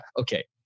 Okay